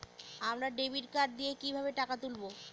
আমরা debit card দিয়ে কিভাবে টাকা তুলবো?